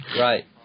Right